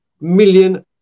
million